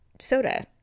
soda